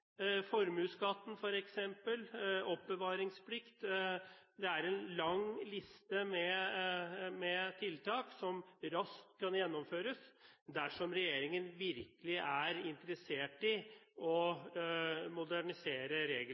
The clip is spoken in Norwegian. formuesskatten f.eks., oppbevaringsplikt – det er en lang liste med tiltak som raskt kan gjennomføres dersom regjeringen virkelig er interessert i å modernisere